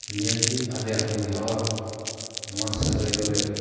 ᱱᱤᱭᱟᱹᱜᱮ ᱟᱞᱮᱭᱟᱜ ᱵᱚᱭᱦᱟᱣᱟᱜ ᱱᱚᱶᱟ ᱥᱟᱹᱜᱟᱹᱭ ᱫᱚᱞᱮ